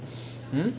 hmm